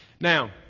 Now